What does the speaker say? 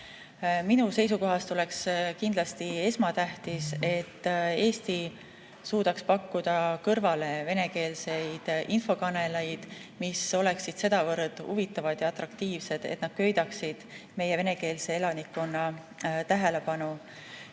Minu seisukohast oleks kindlasti esmatähtis, et Eesti suudaks pakkuda kõrvale venekeelseid infokanaleid, mis oleksid sedavõrd huvitavad ja atraktiivsed, et nad köidaksid meie venekeelse elanikkonna tähelepanu. Selle